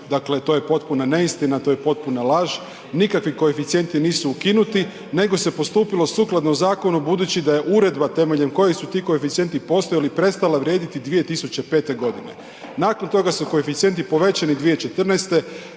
dakle to je potpuna neistina, to je potpuna laž, nikakvi koeficijenti nisu ukinuti nego se postupilo sukladno zakonu budući da je uredba temeljem koje su ti koeficijenti postojali, prestala vrijediti 2005. godine. Nakon toga su koeficijenti povećani 2014. kada